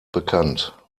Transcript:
bekannt